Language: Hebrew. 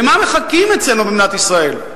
למה מחכים אצלנו, במדינת ישראל?